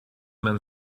man